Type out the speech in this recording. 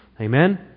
Amen